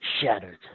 shattered